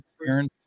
appearance